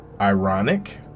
ironic